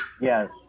Yes